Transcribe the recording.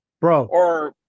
Bro